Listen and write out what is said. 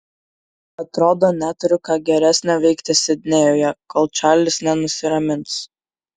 atrodo neturiu ką geresnio veikti sidnėjuje kol čarlis nenusiramins